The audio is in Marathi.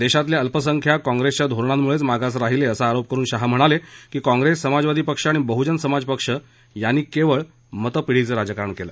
देशातले अल्पसंख्याक काँग्रेसमुळेच मागास राहीले असा आरोप करुन शहा म्हणाले की काँग्रेस समाजवादी पक्ष आणि बहुजन समाज पक्ष यांनी केवळ मतपेढीचं राजकारण केलं